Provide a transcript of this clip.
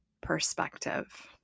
perspective